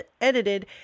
edited